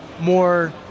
more